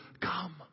come